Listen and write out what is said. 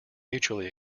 mutually